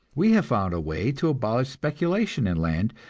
we have found a way to abolish speculation in land,